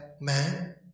man